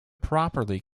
properly